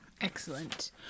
Excellent